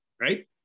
Right